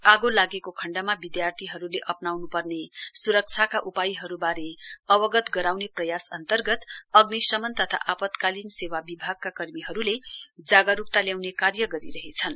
आगो लागेको खण्डमा विधार्थीहरूले अप्नाउन्पर्ने स्रक्षाका उपायहरूबारे अवगत गराउने प्रयास अन्तर्गत अग्निशमन तथा आपतकालीन सेवा विभागाका कर्मीहरूले जागरूकता ल्याउने कार्य गरिरहेछन्